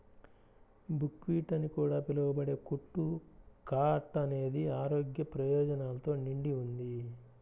buckwheat అని కూడా పిలవబడే కుట్టు కా అట్ట అనేది ఆరోగ్య ప్రయోజనాలతో నిండి ఉంది